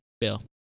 Bill